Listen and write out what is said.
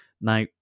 now